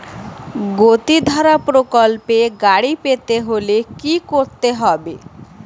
গতিধারা প্রকল্পে গাড়ি পেতে হলে কি করতে হবে?